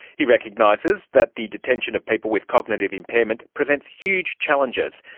he recognises that the detention of people with cognitive impairment presents huge challenges,